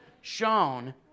shown